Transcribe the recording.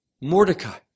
Mordecai